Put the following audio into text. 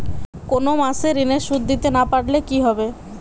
কোন মাস এ ঋণের সুধ দিতে না পারলে কি হবে?